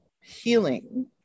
healing